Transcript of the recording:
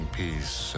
peace